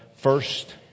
First